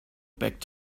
back